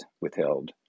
withheld